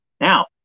Now